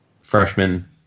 freshman